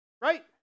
Right